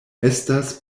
estas